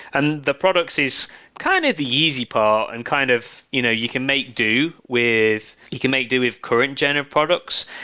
and the products is kind of the easy part and kind of you know you can make do with you can make do with current gen of products,